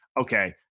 Okay